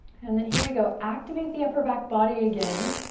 and then here we go, activate the upper back body again.